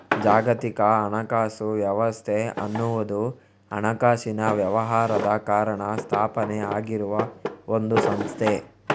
ಜಾಗತಿಕ ಹಣಕಾಸು ವ್ಯವಸ್ಥೆ ಅನ್ನುವುದು ಹಣಕಾಸಿನ ವ್ಯವಹಾರದ ಕಾರಣ ಸ್ಥಾಪನೆ ಆಗಿರುವ ಒಂದು ಸಂಸ್ಥೆ